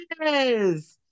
Yes